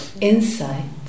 Insight